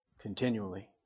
continually